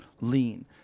lean